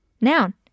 Noun